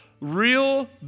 Real